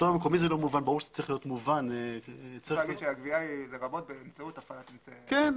צריך לומר שהגבייה היא לרבות באמצעות הפעלת אמצעי- -- כן,